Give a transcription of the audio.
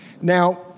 Now